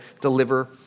deliver